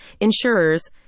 insurers